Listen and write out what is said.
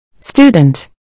Student